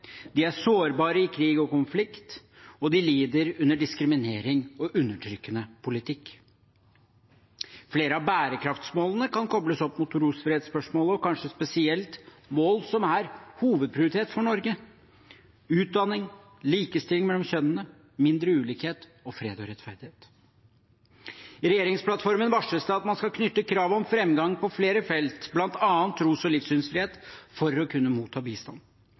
de er sårbare i krig og konflikt, og de lider under diskriminering og undertrykkende politikk. Flere av bærekraftsmålene kan kobles opp mot trosfrihetsspørsmålet, og kanskje spesielt målene som er hovedprioritet for Norge – utdanning, likestilling mellom kjønnene, mindre ulikhet og fred og rettferdighet. I regjeringsplattformen varsles det at man skal knytte krav om fremgang til flere felt, bl.a. tros- og livssynsfrihet, for å kunne motta bistand.